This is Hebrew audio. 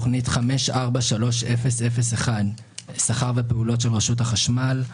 תוכנית 543001 שכר ופעולות של רשות החשמל,